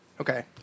okay